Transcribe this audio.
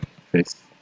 Face